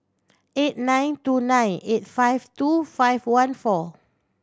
eight nine two nine eight five two five one four